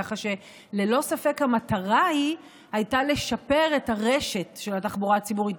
כך שללא ספק המטרה הייתה לשפר את הרשת של התחבורה הציבורית.